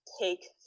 take